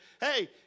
hey